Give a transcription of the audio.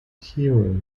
hero